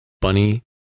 bunny